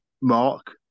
Mark